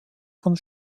von